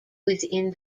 within